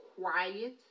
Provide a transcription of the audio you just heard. quiet